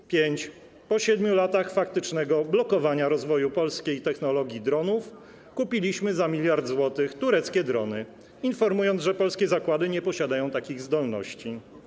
Po piąte, po 7 latach faktycznego blokowania rozwoju polskiej technologii dronów kupiliśmy za 1 mld zł tureckie drony, informując, że polskie zakłady nie posiadają takich zdolności.